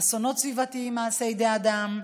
אסונות סביבתיים מעשה ידי אדם,